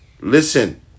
listen